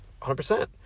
100%